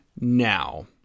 now